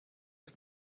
auf